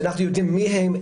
שאנחנו נדע מי הם,